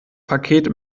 paket